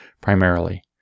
primarily